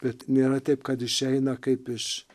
bet nėra taip kad išeina kaip iš